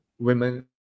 women